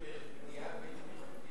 מה הקשר בין בנייה בלתי חוקית,